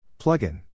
Plugin